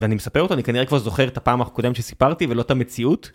ואני מספר אותו, אני כנראה כבר זוכר את הפעם הקודם שסיפרתי ולא את המציאות